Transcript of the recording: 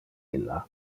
illa